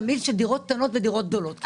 תמהיל של דירות קטנות ודירות גדולות.